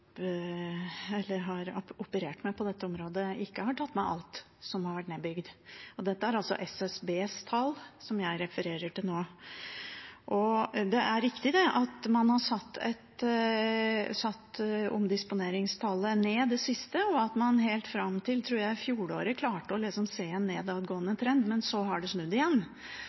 operert med på dette området, ikke har tatt med alt som har vært nedbygd. Det er altså SSBs tall jeg refererer nå. Det er riktig at man har satt omdisponeringstallet ned. Det siste var at man helt fram til fjoråret, tror jeg, klarte å se en nedadgående trend, men så har det snudd igjen.